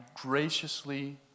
graciously